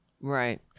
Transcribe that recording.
Right